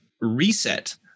reset